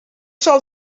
zal